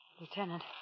Lieutenant